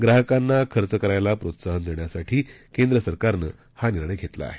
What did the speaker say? ग्राहकांना खर्च करायला प्रोत्साहन देण्यासाठी केंद्र सरकारनं हा निर्णय घेतला आहे